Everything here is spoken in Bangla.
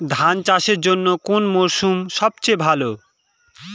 ধান চাষের জন্যে কোন মরশুম সবচেয়ে ভালো?